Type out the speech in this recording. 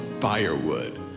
firewood